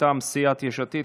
מטעם סיעת יש עתיד,